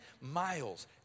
miles